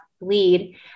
bleed